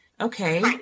okay